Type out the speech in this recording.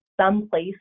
someplace